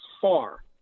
far